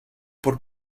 por